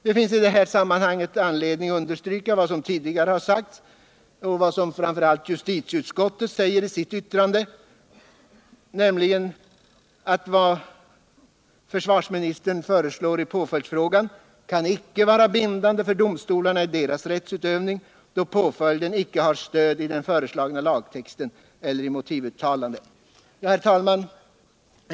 Det finns i detta sammanhang anledning understryka vad som tidigare har sagts och framför allt vad justitieutskottet säger i sitt yttrande, nämligen att vad försvarsministern föreslår i påföljdsfrågan kan icke vara bindande för domstolarna i deras rättsutövning, då påföljden icke har stöd i den föreslagna lagtexten eller i motivuttalandena. Herr talman!